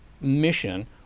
mission